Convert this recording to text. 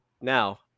Now